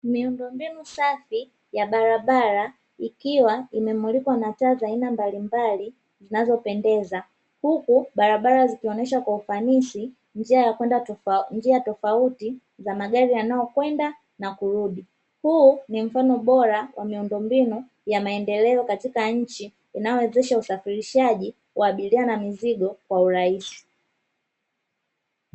Miundo mbinu safi ya barabara ikiwa imemulikwa na taa za aina mbalimbali zinazopendeza, huku barabara zikionesha kwa ufanisi njia tofauti za magari yanayo kwenda na kurudi. huu ni mfano bora wa miundo mbinu ya maendeleo katika nchi inayowezesha usafirishaji wa abiria na mizigo kwa urahisi.